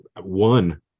one